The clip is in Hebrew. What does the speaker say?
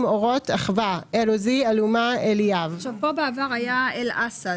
אורות אחווה אל, עזי אלומה אליאב פה בעבר היה אל-אסד.